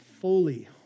fully